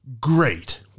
great